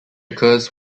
occurs